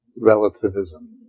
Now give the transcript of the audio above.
relativism